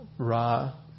Ra